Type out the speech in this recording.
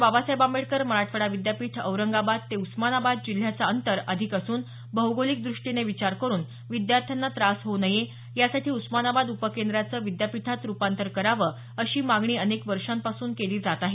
बाबासाहेब आबेडकर मराठवाडा विद्यापीठ औरंगाबाद ते उस्मानाबाद जिल्ह्याचं अंतर अधिक असून भौगोलिक दृष्टीने विचार करून विद्यार्थ्यांना त्रास होऊ नये यासाठी उस्मानाबाद उपकेंद्राचे विद्यापीठात रूपांतर करावे अशी मागणी अनेक वर्षांपासून केली जात आहे